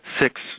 six